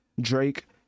drake